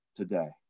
today